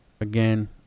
again